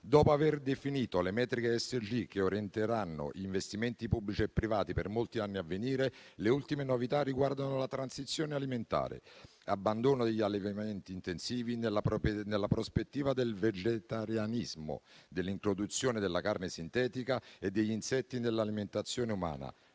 social e governance* (ESG) che orienteranno investimenti pubblici e privati per molti anni a venire, le ultime novità riguardano la transizione alimentare: abbandono degli allevamenti intensivi nella prospettiva del vegetarianismo, dell'introduzione della carne sintetica e degli insetti nell'alimentazione umana.